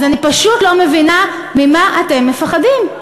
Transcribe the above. אז אני פשוט לא מבינה ממה אתם מפחדים.